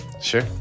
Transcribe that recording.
Sure